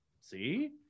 See